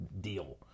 deal